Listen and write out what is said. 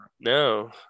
No